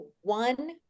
one